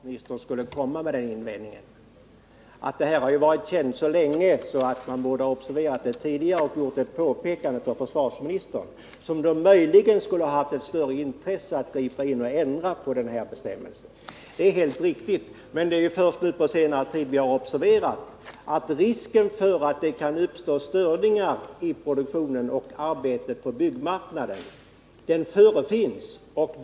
Herr talman! Jag hade väntat att försvarsministern skulle komma med den invändningen, att detta ju har varit känt så länge att man borde ha observerat det tidigare och gjort ett påpekande för försvarsministern, som då möjligen skulle ha haft ett större intresse av att gripa in och ändra på bestämmelsen. Det är helt riktigt. Men det är ju först på senare tid vi har observerat att risken för att det kan uppstå störningar i produktionen, i arbetet på byggmarknaden, förefinns.